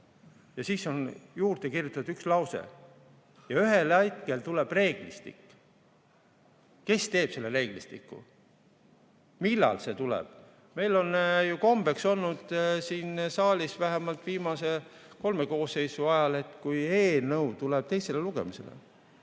Sinna on juurde kirjutatud üks lause: ühel hetkel tuleb reeglistik. Kes teeb selle reeglistiku, millal see tuleb? Meil on ju kombeks olnud, siin saalis vähemalt, viimase kolme koosseisu ajal, et kui eelnõu tuleb teisele lugemisele,